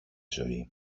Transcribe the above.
ζωή